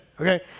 Okay